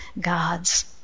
God's